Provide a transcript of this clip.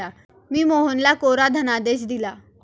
मी मोहनला कोरा धनादेश दिला